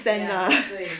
ya 对